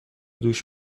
دوش